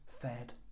fed